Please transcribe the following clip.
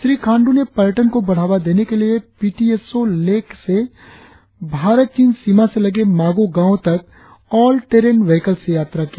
श्री खांड्र ने पर्यटन को बढ़ावा देने के लिए P T S O lake से भारत चीन सीमा से लगे मागो गांव तक ऑल टेरेन वेहिकल से यात्रा की